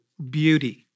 Beauty